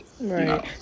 Right